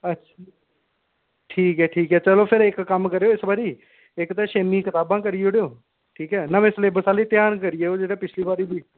अच्छा ठीक ऐ ठीक ऐ चलो फिर इक कम्म करेओ इस बारी इक ते छेमीं दी कताबां करी ओड़ेओ ठीक ऐ नमें सलेबस आह्ली ध्यान करियै बा जेह्ड़ी पिछली बारी बी